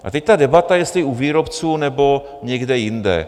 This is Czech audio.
A teď ta debata, jestli u výrobců, nebo někde jinde.